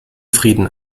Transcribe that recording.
frieden